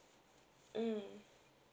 mm